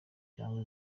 cyangwa